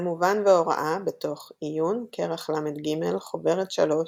על מובן והוראה, בתוך עיון, כרך ל"ג, חוברת 3,